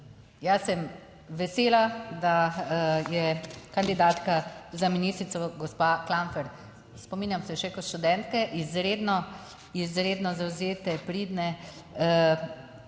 jaz sem vesela, da je kandidatka za ministrico gospa Klampfer, spominjam se še kot študentke izredno, izredno zavzete, pridne,